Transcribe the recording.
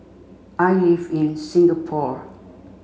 I live in Singapore